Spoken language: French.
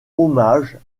hommage